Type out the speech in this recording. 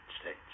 States